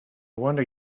wonder